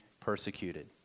persecuted